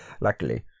luckily